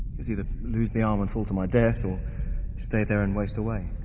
it was either lose the arm and fall to my death, or stay there and waste away,